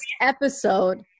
episode